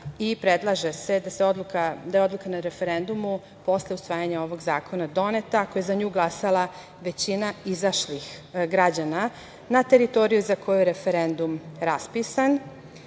Predlaže se da je odluka na referendumu posle usvajanja ovog zakona doneta ako je za nju glasala većina izašlih građana na teritoriji za koju je referendum raspisan. Iako